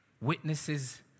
witnesses